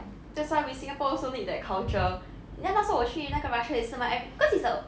that's why we singapore also need that culture ya 那时候我去那个 russia 也是嘛 because it's a